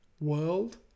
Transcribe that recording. world